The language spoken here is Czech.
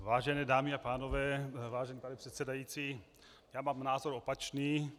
Vážené dámy a pánové, vážený pane předsedající, já mám názor opačný.